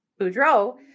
Boudreaux